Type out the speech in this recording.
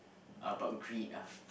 are about greed ah